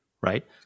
Right